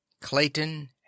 Clayton